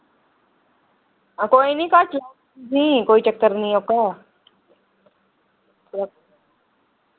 हां कोई नि घटट् लाओ नि कोई चक्कर नि ओह्का